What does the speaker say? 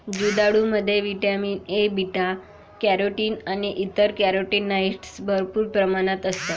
जर्दाळूमध्ये vitamin A, beta carotene आणि इतर कॅरोटीनॉइड्स भरपूर प्रमाणात असतात